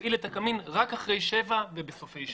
מפעיל את הקמין רק אחרי שבע ובסופי שבוע.